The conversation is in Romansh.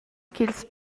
ch’ils